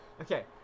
Okay